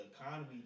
economy